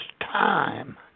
time